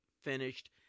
finished